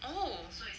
oh